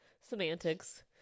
semantics